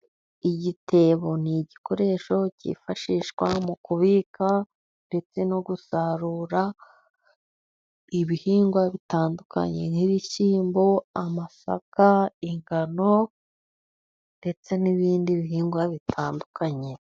Igitebo ni igikoresho cyifashishwa mu kubika ndetse no gusarura ibihingwa bitandukanye, nk'ibishyimbo, amasaka, ingano ndetse n'ibindi bihingwa bitandukanye.